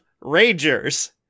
rangers